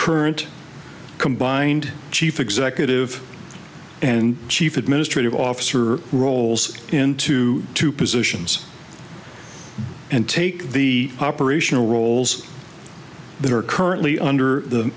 current combined chief executive and chief administrative officer roles into two positions and take the operational roles that are currently under the